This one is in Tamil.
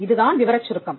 இதுதான் விவரச் சுருக்கம்